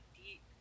deep